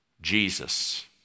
Jesus